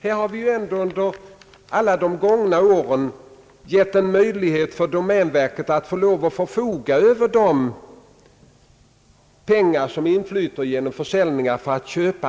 Här har vi ju ändå under alla de gångna åren gett domänverket möjlighet att för köp av annan egendom förfoga över de pengar som inflyter genom försäljningar.